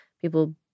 people